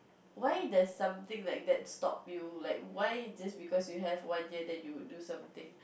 why does something like that stop you like why just because you have one year then you would do something